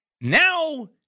Now